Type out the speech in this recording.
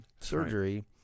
surgery